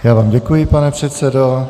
Já vám děkuji, pane předsedo.